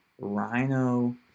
Rhino